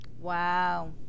Wow